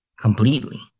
completely